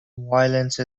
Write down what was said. violence